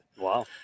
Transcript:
Wow